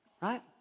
Right